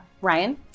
Ryan